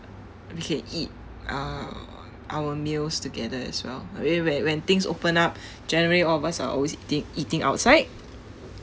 we can eat uh our meals together as well whe~ whe~ when things open up generally all of us are always eatin~ eating outside